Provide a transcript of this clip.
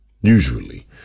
usually